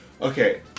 Okay